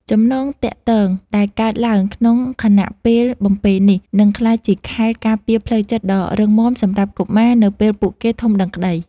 ចំណងទាក់ទងដែលកើតឡើងក្នុងខណៈពេលបំពេនេះ នឹងក្លាយជាខែលការពារផ្លូវចិត្តដ៏រឹងមាំសម្រាប់កុមារនៅពេលពួកគេធំដឹងក្តី